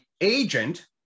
agent